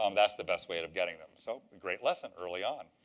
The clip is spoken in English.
um that's the best way of getting them. so a great lesson early on.